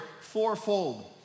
fourfold